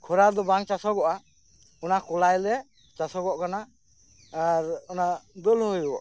ᱡᱟᱦᱟᱸ ᱠᱚ ᱠᱷᱮᱛ ᱠᱷᱚᱨᱟ ᱨᱮᱫᱚ ᱵᱟᱝ ᱪᱟᱥᱚᱜᱚᱜᱼᱟ ᱚᱱᱟ ᱠᱚᱞᱟᱭ ᱞᱮ ᱪᱟᱥᱚᱜᱚᱜ ᱠᱟᱱᱟ ᱟᱨ ᱚᱱᱟ ᱫᱟᱹᱞ ᱦᱚᱸ ᱦᱩᱭᱩᱜᱚᱜ ᱠᱟᱱᱟ